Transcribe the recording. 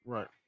Right